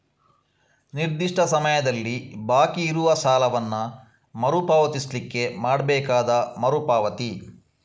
ನಿರ್ದಿಷ್ಟ ಸಮಯದಲ್ಲಿ ಬಾಕಿ ಇರುವ ಸಾಲವನ್ನ ಮರು ಪಾವತಿಸ್ಲಿಕ್ಕೆ ಮಾಡ್ಬೇಕಾದ ಮರು ಪಾವತಿ